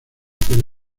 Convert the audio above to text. aquel